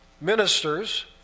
Ministers